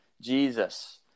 Jesus